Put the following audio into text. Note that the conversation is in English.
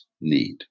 need